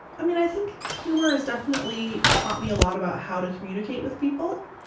i mean i think humor has definitely taught me a lot about how to communicate with people.